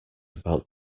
about